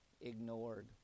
ignored